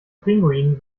pinguinen